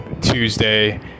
Tuesday